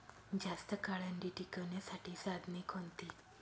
जास्त काळ अंडी टिकवण्यासाठी साधने कोणती?